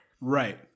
Right